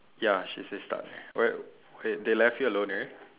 ya she says start wait wait they left you alone there